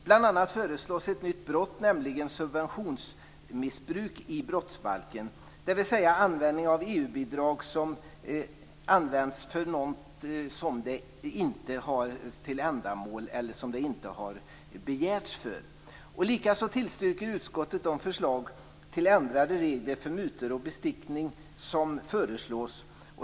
Bl.a. föreslås ett nytt brott i brottsbalken, nämligen subventionsmissbruk, dvs. användning av EU-bidrag till ändamål som de inte har begärts för. Likaså tillstyrker utskottet de förslag till ändrade regler för mutor och bestickning som föreslås.